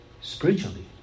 spiritually